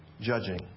judging